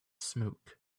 smoke